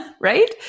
right